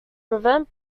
prevent